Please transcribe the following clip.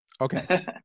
Okay